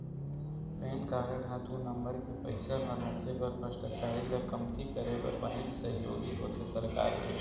PAN card ह दू number के पइसा ल रोके बर भस्टाचारी ल कमती करे बर बनेच सहयोगी होथे सरकार के